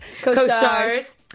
Co-stars